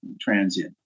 transient